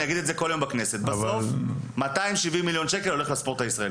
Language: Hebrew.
אני אגיד כל יום בכנסת: בסוף 270 מיליון שקל הולך לספורט הישראלי.